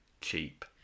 cheap